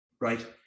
right